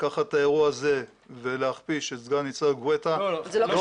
לקחת את האירוע הזה ולהכפיש את סגן ניצב גואטה --- לא,